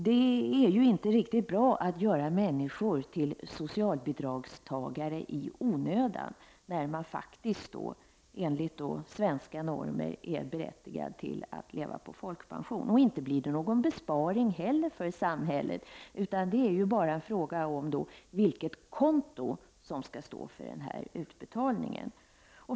Det är ju inte riktigt bra att göra människor till socialbidragstagare i onödan. Som svenskar skulle de vara berättigade till folkpension. Inte leder reglerna till någon besparing för samhället heller; det är bara en fråga om vilket konto som skall belastas.